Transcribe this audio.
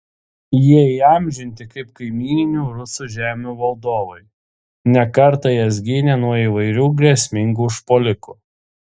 jie įamžinti kaip kaimyninių rusų žemių valdovai ne kartą jas gynę nuo įvairių grėsmingų užpuolikų